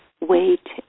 Wait